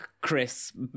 Chris